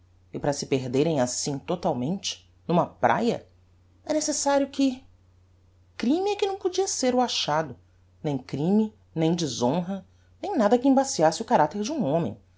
e para se perderem assim tolamente n'uma praia é necessário que crime é que não podia ser o achado nem crime nem deshonra nem nada que embaciasse o caracter de um homem